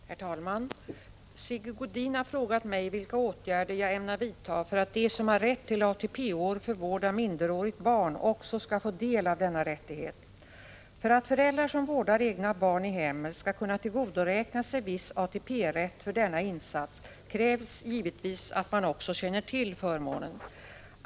Herr talman! Sigge Godin har frågat mig vilka åtgärder jag ämnar vidta för att de som har rätt till ATP-år för vård av minderårigt barn också skall få del av denna rättighet. För att föräldrar som vårdar egna barn i hemmet skall kunna tillgodoräkna sig viss ATP-rätt för denna insats krävs givetvis att man också känner till förmånen.